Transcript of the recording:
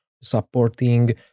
supporting